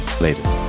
Later